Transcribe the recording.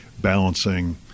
balancing